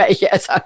yes